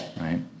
right